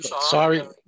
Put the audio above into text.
Sorry